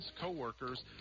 co-workers